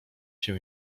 się